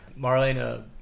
Marlena